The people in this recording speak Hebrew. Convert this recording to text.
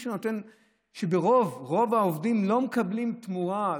רוב העובדים לא מקבלים תמורה,